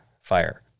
fire